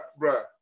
bruh